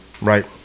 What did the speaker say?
right